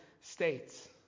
states